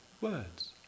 words